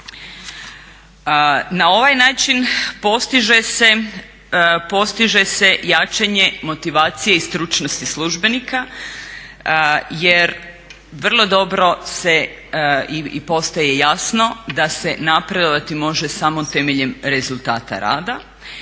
Na ovaj način postiže se jačanje motivacije i stručnosti službenika jer vrlo dobro se i postaje jasno da se napredovati može samo temeljem rezultata rada.